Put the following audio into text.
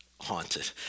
haunted